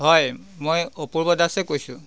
হয় মই অপূৰ্ব দাসে কৈছোঁ